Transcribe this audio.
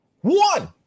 One